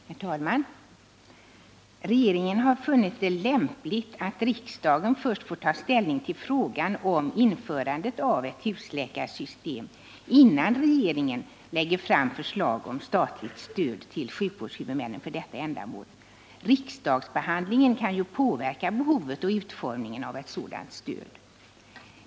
Herr talman! Regeringen har funnit det lämpligt att riksdagen först får ta ställning till frågan om införande av ett husläkarsystem, innan regeringen lägger fram förslag om statligt stöd till sjukvårdshuvudmännen för detta ändamål. Riksdagsbehandlingen kan ju påverka behovet och utformningen av ett sådant stöd.